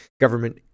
government